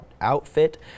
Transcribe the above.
outfit